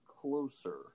closer